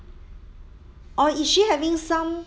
or is she having some